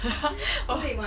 oh